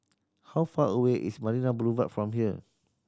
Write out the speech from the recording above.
how far away is Marina Boulevard from here